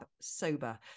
sober